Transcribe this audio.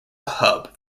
hub